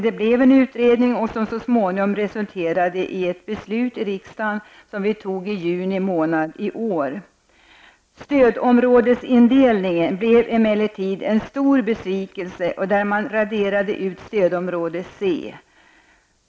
Det blev en utredning som resulterade i ett beslut i riksdagen i juni månad i år. Stödområdesindelningen blev emellertid en stor besvikelse, och stödområde C raderades ut.